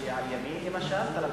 זה שלימיני למשל?